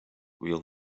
will